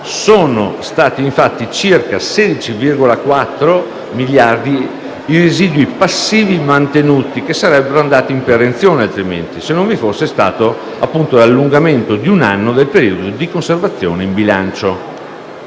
Sono stati infatti circa 16,4 miliardi i residui passivi mantenuti, che sarebbero andati in perenzione se non vi fosse stato l'allungamento di un anno del periodo di conservazione in bilancio.